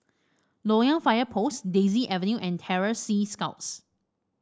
Loyang Fire Post Daisy Avenue and Terror Sea Scouts